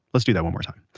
let's do that one more time.